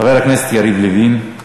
חבר הכנסת יריב לוין.